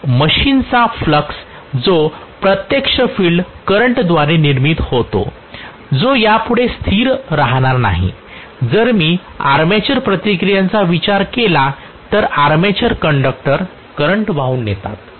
machine चा flux जो प्रत्यक्ष फील्ड करंटद्वारे निर्मीत होतो जो यापुढे स्थिर राहणार नाही जर मी आर्मेचर प्रतिक्रियांचा विचार केला तर आर्मेचर कंडक्टर करंट वाहून नेतात